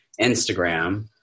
Instagram